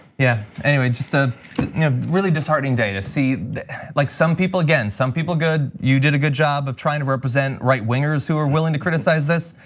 yeah anyway, just ah yeah really disheartening day to see like some people again, some people good you did a good job of trying to represent right wingers who are willing to criticize this,